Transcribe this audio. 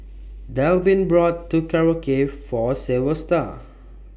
Delvin bought Korokke For Silvester